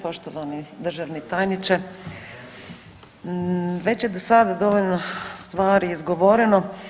Poštovani državni tajniče, već je do sada dovoljno stvari izgovoreno.